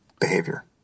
behavior